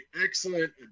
excellent